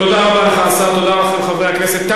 תודה רבה לך, השר, תודה לכם, חברי הכנסת.